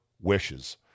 wishes